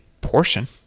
portion